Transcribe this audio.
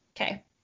okay